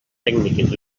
tècniques